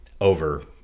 over